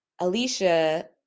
Alicia